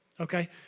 Okay